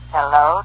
Hello